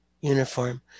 uniform